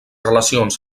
relacions